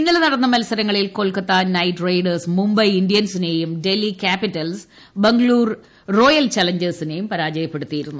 ഇന്നലെ നടന്ന മത്സരങ്ങളിൽ കൊൽക്കത്ത നൈറ്റ് റൈഡേഴ്സ് മുംബൈ ഇന്ത്യൻസിനെയും ഡൽഹി ക്യാപ്പിറ്റൽസ് ബംഗളുരു റോയൽ ചലഞ്ചേഴ്സിനെയും പരാജയപ്പെടുത്തിയിരുന്നു